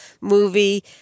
movie